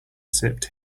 sipped